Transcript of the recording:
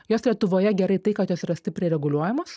jos lietuvoje gerai tai kad jos yra stipriai reguliuojamos